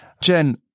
Jen